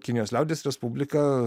kinijos liaudies respublika